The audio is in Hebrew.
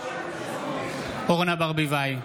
אורנה ברביבאי,